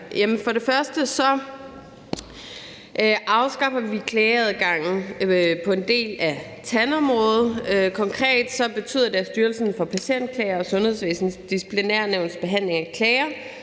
For det første afskaffer vi klageadgangen på en del af tandområdet. Konkret betyder det, at Styrelsen for Patientklager og Sundhedsvæsenets Disciplinærnævns behandling af klager